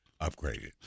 upgraded